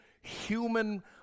human